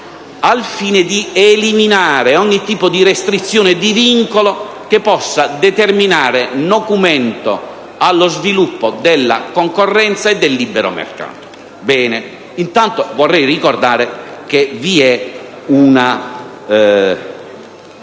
al fine di eliminare ogni tipo di restrizione o vincolo che possa determinare nocumento allo sviluppo della concorrenza e del libero mercato. Vorrei ricordare che esiste una